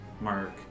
Mark